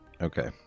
Okay